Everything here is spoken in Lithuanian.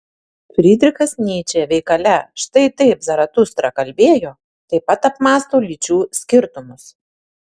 frydrichas nyčė veikale štai taip zaratustra kalbėjo taip pat apmąsto lyčių skirtumus